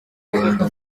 inda